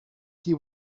see